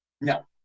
No